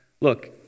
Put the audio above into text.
look